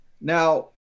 Now